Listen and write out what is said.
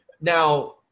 Now